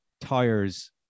tires